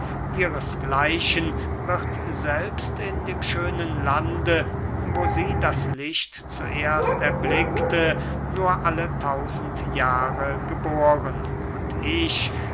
ihresgleichen wird selbst in dem schönen lande wo sie das licht zuerst erblickte nur alle tausend jahre geboren und ich